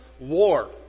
war